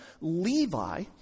Levi